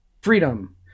freedom